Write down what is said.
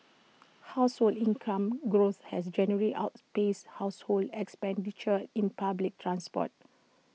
household income growth has generally outpaced household expenditure in public transport